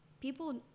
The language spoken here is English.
people